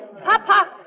Papa